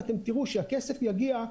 ואתם תראו שהכסף יגיע,